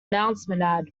announcement